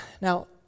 Now